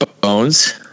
Bones